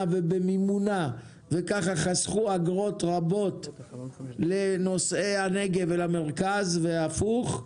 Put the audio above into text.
ובמימונה וככה חסכו אגרות רבות לנוסעי הנגב שנסעו למרכז והפוך,